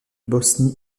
bosnie